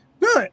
no